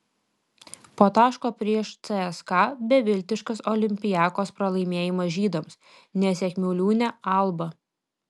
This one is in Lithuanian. po taško prieš cska beviltiškas olympiakos pralaimėjimas žydams nesėkmių liūne alba